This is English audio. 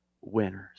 winners